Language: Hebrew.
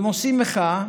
הם עושים מחאה